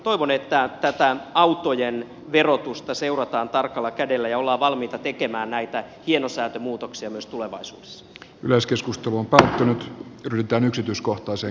toivon että tätä autojen verotusta seurataan tarkalla kädellä ja ollaan valmiita tekemään näitä hienosäätömuutoksia myös keskustan vuokra asunnot pyritään yksityiskohtaisen